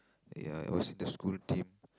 ya I was in the school team